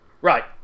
Right